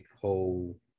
whole